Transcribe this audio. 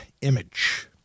image